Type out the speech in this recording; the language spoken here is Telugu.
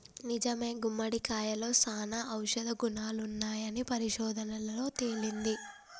నిజమే గుమ్మడికాయలో సానా ఔషధ గుణాలున్నాయని పరిశోధనలలో తేలింది